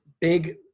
big